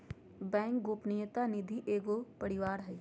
bank गोपनीयता नीति के एगो परिवार हइ